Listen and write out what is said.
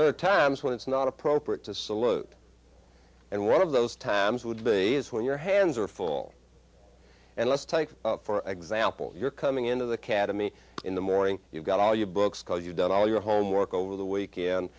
there are times when it's not appropriate to salute and one of those times would be is when your hands are full and let's take for example you're coming into the cademy in the morning you've got all your books call you've done all your homework over the weekend